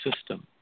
system